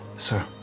sir?